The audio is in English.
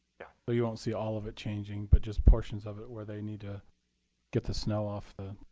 yeah but you won't see all of it changing, but just portions of it where they need to get the snow off the